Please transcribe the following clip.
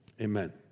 amen